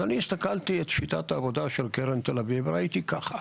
אז אני הסתכלתי את שיטת העבודה של קרן תל-אביב וראיתי ככה: